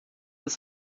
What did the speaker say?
ist